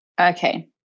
Okay